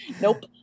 Nope